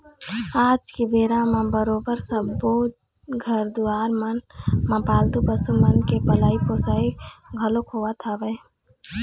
आज के बेरा म बरोबर सब्बो घर दुवार मन म पालतू पशु मन के पलई पोसई घलोक होवत हवय